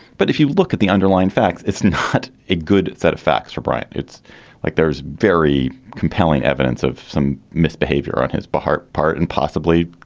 but if you look at the underlying facts, it's not a good set of facts for bryant. it's like there's very compelling evidence of some misbehavior on his behalf part and possibly,